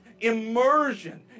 immersion